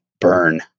burn